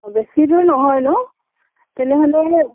বেছি দূৰ নহয় ন তেনেহ'লে